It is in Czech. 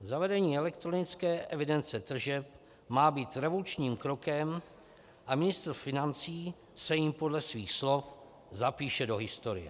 Zavedení elektronické evidence tržeb má být revolučním krokem a ministr financí se jím podle svých slov zapíše do historie.